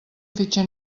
fitxer